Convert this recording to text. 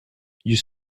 you